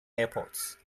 airports